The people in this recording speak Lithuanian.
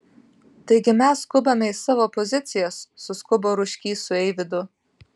taigi mes skubame į savo pozicijas suskubo ruškys su eivydu